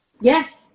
Yes